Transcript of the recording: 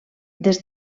des